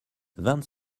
vingt